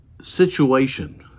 situation